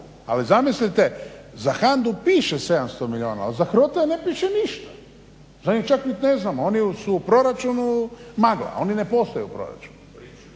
Ali zamislite za HANDA-u piše 700 milijuna, ali za HROT ne piše ništa. Za nju čak ni ne znamo. Oni su u proračunu magla. Oni ne postoje u proračunu.